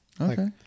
Okay